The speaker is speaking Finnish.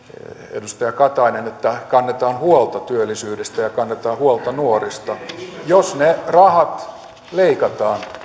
edustaja katainen että kannetaan huolta työllisyydestä ja kannetaan huolta nuorista jos ne rahat leikataan